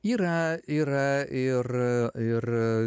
yra yra ir